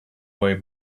way